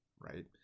right